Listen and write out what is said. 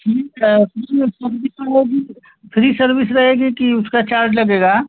ठीक है उसमें सर्विस तो होगी फ्री सर्विस रहेगी कि उसका चार्ज लगेगा